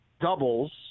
doubles